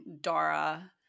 Dara